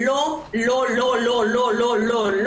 לא לא-לא-לא-לא-לא-לא,